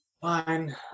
fine